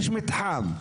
יש מתחם.